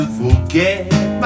forget